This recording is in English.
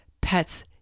pets